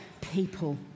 people